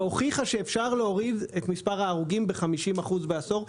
והוכיחה שאפשר להוריד את מספר ההרוגים ב-50% בעשור.